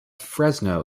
fresno